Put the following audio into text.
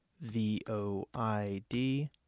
V-O-I-D